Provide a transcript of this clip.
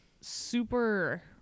super